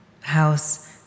house